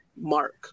Mark